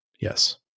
yes